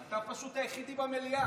אתה פשוט היחידי במליאה.